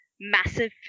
massive